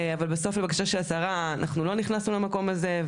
אבל בסוף לבקשה של השרה אנחנו לא נכנסנו למקום הזה.